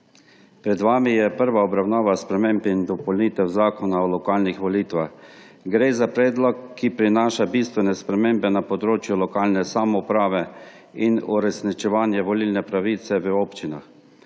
Pred vami je prva obravnava sprememb in dopolnitev Zakona o lokalnih volitvah. Gre za predlog, ki prinaša bistvene spremembe na področju lokalne samouprave in uresničevanje volilne pravice v občinah.